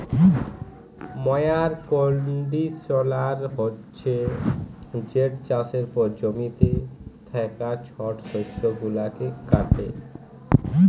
ময়ার কল্ডিশলার হছে যেট চাষের পর জমিতে থ্যাকা ছট শস্য গুলাকে কাটে